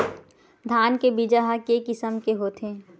धान के बीजा ह के किसम के होथे?